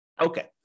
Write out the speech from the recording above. Okay